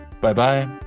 Bye-bye